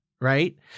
right